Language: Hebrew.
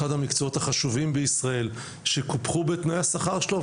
אחד מהמקצועות החשובים בישראל שקופח בתנאי השכר שלו,